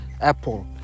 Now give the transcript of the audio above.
Apple